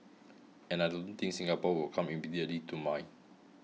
and I don't think Singapore will come immediately to mind